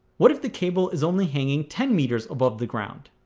what if the cable is only hanging ten meters above the ground